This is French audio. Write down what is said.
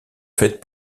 faites